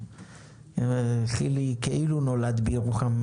חילי כאילו נולד בירוחם.